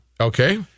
Okay